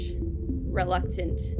reluctant